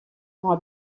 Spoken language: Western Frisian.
mei